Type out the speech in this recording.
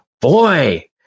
Boy